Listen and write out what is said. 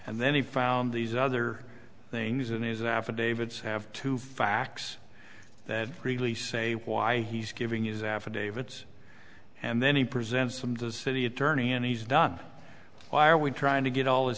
and then he found these other things and these affidavits have two facts that really say why he's giving his affidavit and then he presents from the city attorney and he's done why are we trying to get all